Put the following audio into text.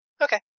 Okay